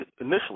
initially